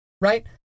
right